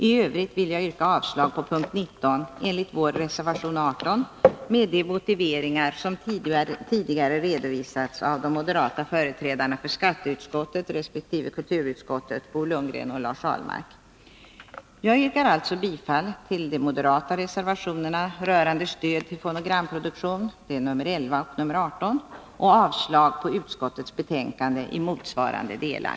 I övrigt vill jag yrka avslag på punkt 19, enligt vår reservation 18, med de motiveringar som tidigare har redovisats av de moderata företrädarna för skatteutskottet resp. kulturutskottet, Bo Lundgren och Lars Ahlmark. Jag yrkar alltså bifall till de moderata reservationerna rörande stöd till fonogramproduktion, nr 11 och nr 18, och avslag på utskottets hemställan i motsvarande delar.